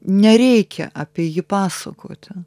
nereikia apie jį pasakoti